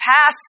pass